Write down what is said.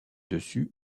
dessus